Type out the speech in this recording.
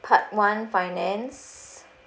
part one finance